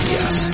Yes